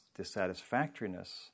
dissatisfactoriness